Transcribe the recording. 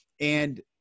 And-